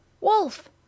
Wolf